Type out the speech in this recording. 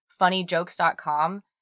funnyjokes.com